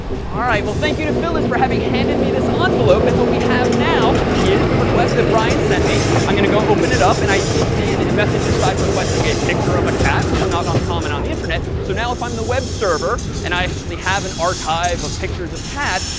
ah right. well, thank you to phyllis for having handed me this ah envelope. and what we have now is the request that brian sent me. i'm going to go open it up, and i, indeed, see and a message inside requesting a picture of a cat, which is not uncommon on the internet. so now if i'm the web server and i actually have an archive of pictures of cats,